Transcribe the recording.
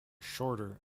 shorter